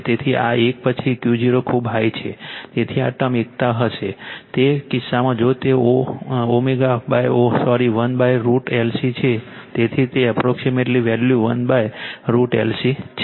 તેથી આ એક પછી Q0 ખૂબ જ હાઈ છે તેથી આ ટર્મ એકતા બનશે તે કિસ્સામાં જો તે ωઓહ સોરી 1√L C છે તેથી તે એપ્રોક્સિમેટલી વેલ્યુ 1√L C છે